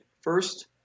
first